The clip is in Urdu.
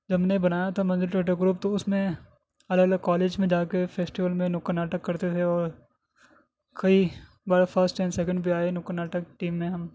جب ہم نے بنایا تھا منزل تھیٹر گروپ تو اس میں الگ الگ کالج میں جا کے فیسٹول میں نکڑ ناٹک کرتے تھے اور کئی بار فرسٹ اینڈ سیکینڈ پہ آئے نکٹر ٹیم میں ہم